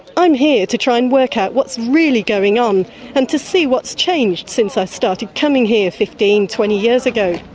i'm here to try and work out what's really going on and to see what's changed since i started coming here fifteen, twenty years ago.